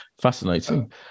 Fascinating